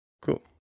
Cool